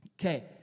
Okay